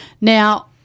Now